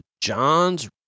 John's